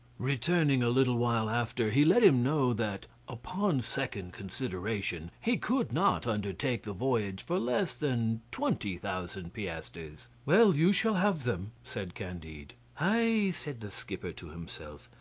returning a little while after, he let him know that upon second consideration, he could not undertake the voyage for less than twenty thousand piastres. well, you shall have them, said candide. ay! said the skipper to himself,